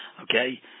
okay